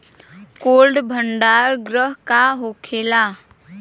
Cold भण्डार गृह का होखेला?